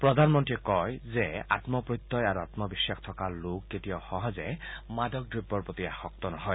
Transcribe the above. প্ৰধানমন্ত্ৰীয়ে কয় যে আম্মপ্ৰত্যয় আৰু আম্মবিশ্বাস থকা লোক কেতিয়াও সহজে মাদকদ্ৰব্যৰ প্ৰতি আসক্ত নহয়